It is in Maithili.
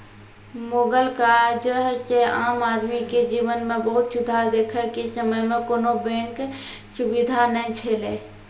मुगल काजह से आम आदमी के जिवन मे बहुत सुधार देखे के समय मे कोनो बेंक सुबिधा नै छैले